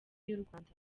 y’urwanda